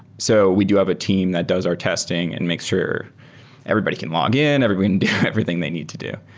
so we do have a team that does our testing and make sure everybody can log in. everybody can do everything they need to do.